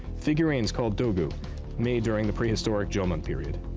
figurines called dogu made during the prehistoric jomon period.